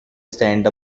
stand